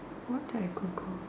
what type of purple